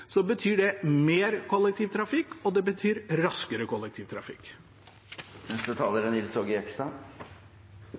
betyr det mer kollektivtrafikk, og det betyr raskere